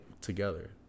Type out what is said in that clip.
together